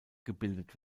gebildet